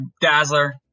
Dazzler